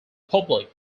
public